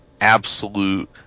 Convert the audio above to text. absolute